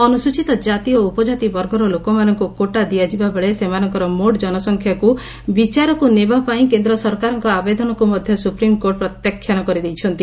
ଅନୁସ୍ଚିତ ଜାତି ଓ ଉପକାତି ବର୍ଗର ଲୋକମାନଙ୍କୁ କୋଟା ଦିଆଯିବାବେଳେ ସେମାନଙ୍କର ମୋଟ ଜନସଂଖ୍ୟାକୁ ବିଚାରକୁ ନେବାପାଇଁ କେନ୍ଦ୍ର ସରକାରଙ୍କ ଆବେଦନକୁ ମଧ୍ୟ ସୁପ୍ରିମ୍କୋର୍ଟ ପ୍ରତ୍ୟାଖ୍ୟାନ କରିଦେଇଛନ୍ତି